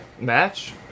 Match